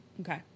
Okay